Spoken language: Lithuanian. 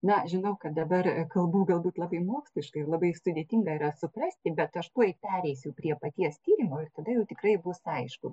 na žinau kad dabar kalbu galbūt labai moksliškai ir labai sudėtinga yra suprasti bet aš tuoj pereisiu prie paties tyrimo ir tada jau tikrai bus aišku